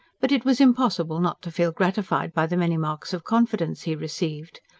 but it was impossible not to feel gratified by the many marks of confidence he received.